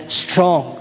strong